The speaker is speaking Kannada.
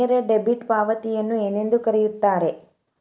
ನೇರ ಡೆಬಿಟ್ ಪಾವತಿಯನ್ನು ಏನೆಂದು ಕರೆಯುತ್ತಾರೆ?